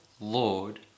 Lord